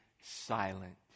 silent